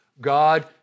God